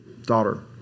daughter